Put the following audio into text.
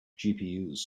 gpus